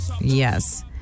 Yes